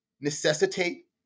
necessitate